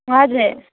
हजुर